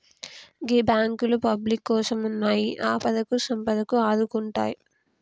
గీ బాంకులు పబ్లిక్ కోసమున్నయ్, ఆపదకు సంపదకు ఆదుకుంటయ్